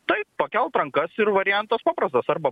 taip pakelt rankas ir variantas paprastas arba